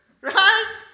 Right